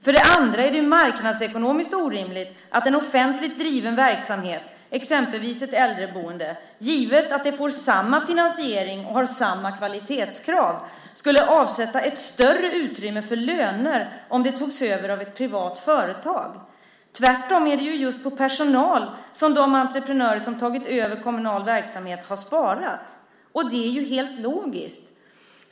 För det andra är det marknadsekonomiskt orimligt att en offentligt driven verksamhet, exempelvis ett äldreboende, givet att det får samma finansiering och har samma kvalitetskrav skulle avsätta ett större utrymme för löner om det togs över av ett privat företag. Tvärtom är det ju just på personal som de entreprenörer som tagit över kommunal verksamhet har sparat, och det är helt logiskt.